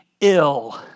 ill